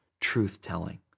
truth-telling